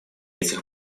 этих